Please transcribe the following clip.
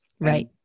right